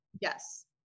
Yes